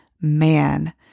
man